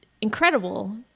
incredible